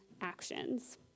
actions